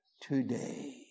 today